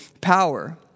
power